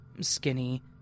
skinny